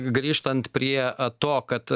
grįžtant prie to kad